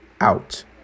out